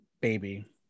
baby